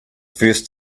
first